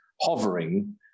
hovering